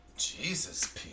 Jesus